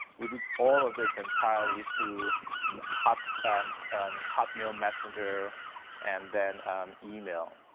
we did all of this entirely through hotmail hotmail messenger and then email.